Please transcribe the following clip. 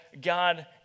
God